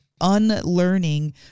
unlearning